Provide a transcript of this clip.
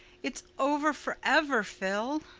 it's over forever, phil.